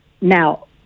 Now